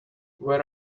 where